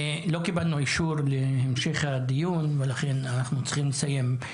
לא קיבלנו אישור להמשך הדיון ולכן אנחנו צריכים לסיים.